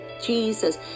Jesus